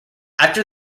after